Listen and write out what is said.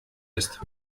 ist